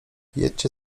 jedzcie